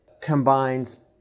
combines